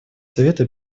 совета